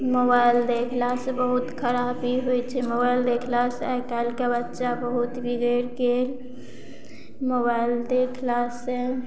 mobile देखला से बहुत खराबी होइ छै मोबाइल देखला से आइकाइल के बच्चा बहुत बिगैड़ गेल मोबाइल देखला से